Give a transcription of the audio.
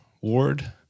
Ward